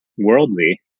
worldly